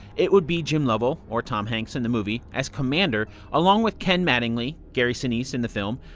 it would be jim lovell, or tom hanks in the movie, as commander along with ken mattingly, gary sinise in the film,